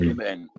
Amen